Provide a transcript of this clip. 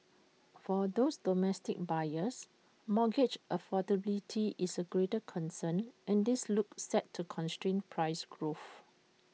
for those domestic buyers mortgage affordability is A greater concern and this looks set to constrain price growth